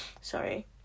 Sorry